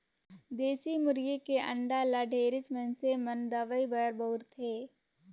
देसी मुरगी के अंडा ल ढेरेच मइनसे मन दवई बर बउरथे